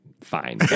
Fine